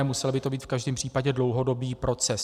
Musel by to být v každém případě dlouhodobý proces.